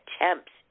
attempts